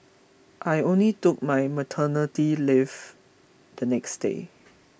I only took my maternity leave the next day